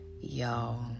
Y'all